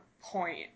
point